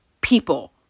People